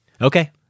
Okay